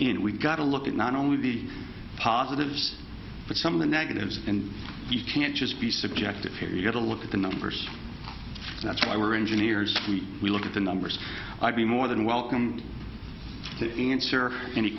we've got to look at not only the positives but some of the negatives and you can't just be subjective here you've got to look at the numbers that's why we're engineers we we look at the numbers i'd be more than welcome to answer any